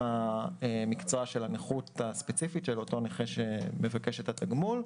המקצוע של הנכות הספציפית של אותו נכה שמבקש את התגמול.